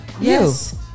Yes